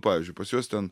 pavyzdžiui pas juos ten